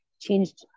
changed